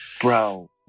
bro